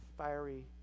fiery